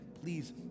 please